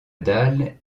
dalle